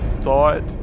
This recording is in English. thought